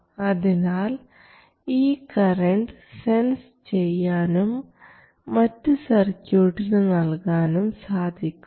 അതിനാൽ ഈ current sense ചെയ്യാനും മറ്റ് സർക്യൂട്ടിന് നൽകാനും സാധിക്കുന്നു